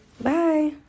Bye